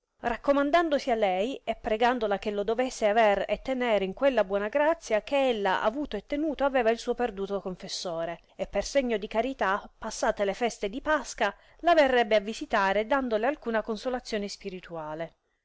raccomandandosi a lei e pregandola che lo dovesse aver e tenere in quella buona grazia che ella avuto e tenuto aveva il suo perduto confessore e per segno di carità passate le feste di pasca la verrebbe a visitare dandole alcuna consolazione spirituale